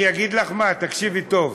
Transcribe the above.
אני אגיד לך מה, תקשיבי טוב.